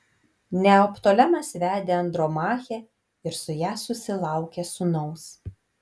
neoptolemas vedė andromachę ir su ja susilaukė sūnaus